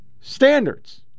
standards